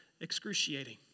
excruciating